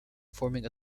forming